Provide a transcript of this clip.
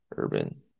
urban